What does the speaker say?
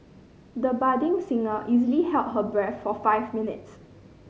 the budding singer easily held her breath for five minutes